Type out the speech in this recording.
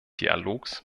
dialogs